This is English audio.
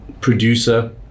producer